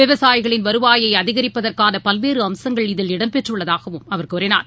விவசாயிகளின் வருவாயை அதிகரிப்பதற்கான பல்வேறு அம்சங்கள் இதில் இடம்பெற்றுள்ளதாகவும் அவர் கூறினார்